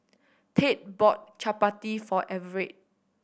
Tate bought Chapati for Everett